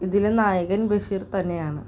ഇതിലെ നായകൻ ബഷീർ തന്നെയാണ്